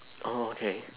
orh okay